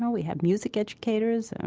we have music educators.